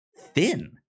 thin